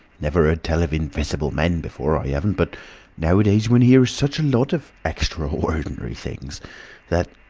never heard tell of invisible men before, i haven't, but nowadays one hears such a lot of extra-ordinary things that